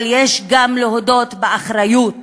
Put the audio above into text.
אבל יש גם להודות באחריות